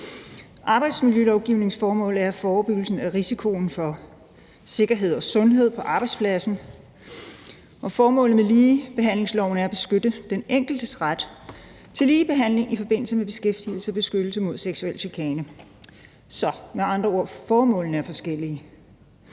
Arbejdsmiljølovgivningens formål er at forebygge risikoen i forhold til sikkerhed og sundhed på arbejdspladsen, og formålet med ligebehandlingsloven er at beskytte den enkeltes ret til ligebehandling i forbindelse med beskæftigelse og at beskytte den enkelte mod seksuel chikane. Så med andre ord er formålene forskellige.